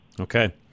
Okay